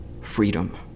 Freedom